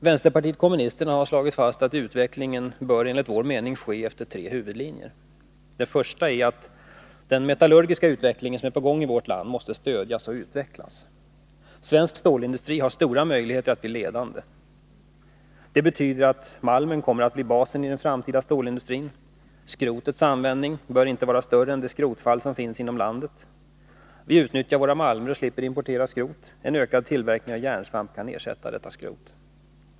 Vänsterpartiet kommunisterna har slagit fast att utvecklingen bör ske efter tre huvudlinjer. Den första är att den metallurgiska utvecklingen, som är på gång i vårt land, måste stödjas och utvecklas. Svensk stålindustri har stora möjligheter att bli ledande. Det betyder att malmen kommer att bli basen i den framtida stålindustrin. Skrotets användning bör inte vara större än det skrotavfall som finns inom landet. Vi utnyttjar våra malmer och slipper importera skrot. En ökad tillverkning av järnsvamp kan ersätta detta skrot.